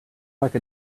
like